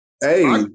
Hey